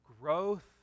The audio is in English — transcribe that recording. growth